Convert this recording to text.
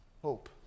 Hope